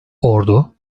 ordu